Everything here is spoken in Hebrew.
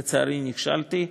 לצערי, נכשלתי.